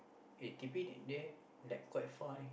okay T_P and there like quite far leh